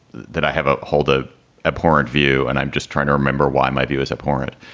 that i have a holda abhorrent view and i'm just trying to remember why my view is abhorrent.